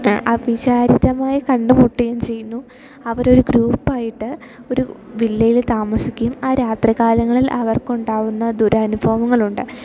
അവിചാരിതമായി കണ്ടുമുട്ടുകയും ചെയ്യുന്നു അവർ ഒരു ഗ്രൂപ്പായിട്ട് ഒരു വില്ലയിൽ താമസിക്കും ആ രാത്രി കാലങ്ങളിൽ അവർക്ക് ഉണ്ടാവുന്ന ദുരനുഭവങ്ങൾ ഉണ്ട്